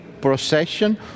procession